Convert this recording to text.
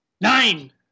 Nine